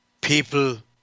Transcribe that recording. people